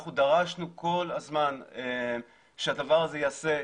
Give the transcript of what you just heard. אנחנו דרשנו כול הזמן שהדבר הזה יעשה.